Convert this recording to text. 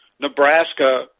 Nebraska